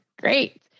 Great